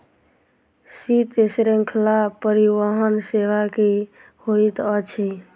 शीत श्रृंखला परिवहन सेवा की होइत अछि?